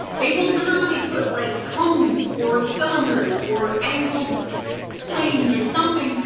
they will literally put like cones or cylinders or angled planes or something,